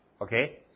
Okay